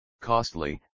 costly